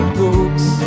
books